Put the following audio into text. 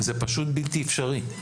זה פשוט בלתי אפשרי.